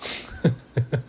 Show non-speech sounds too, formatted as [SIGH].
[LAUGHS]